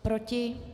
Proti?